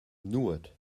nuot